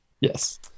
Yes